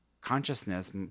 consciousness